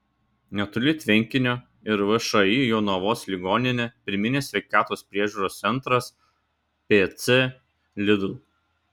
netoli tvenkinio ir všį jonavos ligoninė pirminės sveikatos priežiūros centras pc lidl